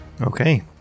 Okay